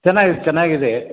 ಚೆನ್ನಾಗಿದೆ ಚೆನ್ನಾಗಿದೆ